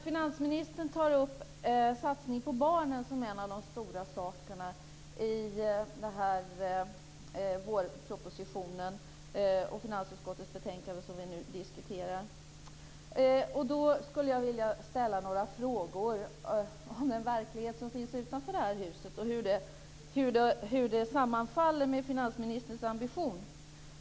Finansministern tar upp satsningen på barnen som en av de stora sakerna i vårpropositionen och finansutskottets betänkande, som vi nu diskuterar. Jag skulle vilja ställa några frågor om hur den verklighet som finns utanför det här huset sammanfaller med finansministerns ambition.